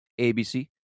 ABC